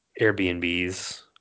Airbnbs